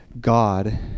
God